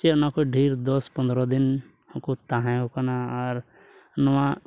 ᱪᱮᱫ ᱱᱚᱣᱟ ᱠᱷᱚᱡ ᱰᱷᱮᱹᱨ ᱫᱚᱥ ᱯᱚᱸᱫᱽᱨᱚ ᱫᱤᱱ ᱩᱱᱠᱩ ᱛᱟᱦᱮᱸ ᱠᱟᱱᱟ ᱟᱨ ᱱᱚᱣᱟ